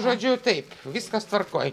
žodžiu taip viskas tvarkoj